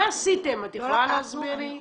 מה עשיתם, את יכולה להסביר לי?